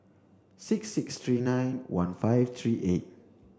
six six three nine one five three eight